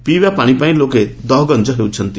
ପିଇବା ପାଶି ପାଇଁ ଲୋକେ ଦହଗଞ୍ ହେଉଛନ୍ତି